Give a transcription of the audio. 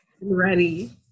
ready